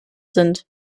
sind